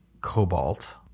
cobalt